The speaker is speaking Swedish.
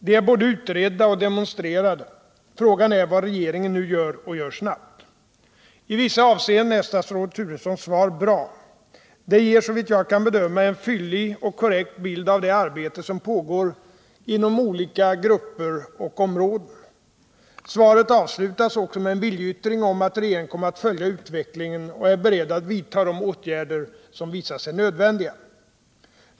De är både utredda och demonstrerade. Frågan är vad regeringen nu gör och gör snabbt. I vissa avseenden är statsrådet Turessons svar bra. Det ger såvitt jag kan bedöma en fyllig och korrekt bild av det arbete som pågår inom olika grupper och områden. Svaret avslutas också med en viljeyttring om att regeringen Om säkrare sjötransporter av olja Om säkrare sjötransporter av olja kommer att följa utvecklingen och är beredd att vidta de åtgärder som visar sig nödvändiga.